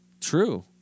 True